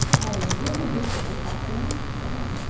had an irresistible fascination for them.